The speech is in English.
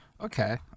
Okay